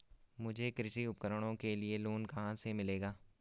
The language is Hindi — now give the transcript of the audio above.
मुझे कृषि उपकरणों के लिए लोन कहाँ से मिलेगा?